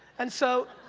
and so,